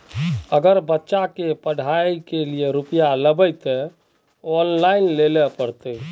अगर बच्चा के पढ़ाई के लिये रुपया लेबे ते ऑनलाइन लेल पड़ते?